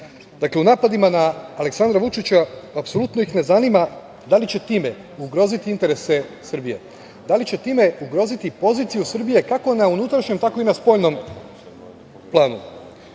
u napadima na Aleksandra Vučića apsolutno ih ne zanima da li će time ugroziti interese Srbije, da li će time ugroziti poziciju Srbije kako na unutrašnjem, tako i na spoljnom planu.